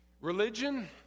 Religion